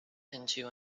into